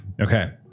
Okay